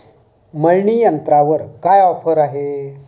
मळणी यंत्रावर काय ऑफर आहे?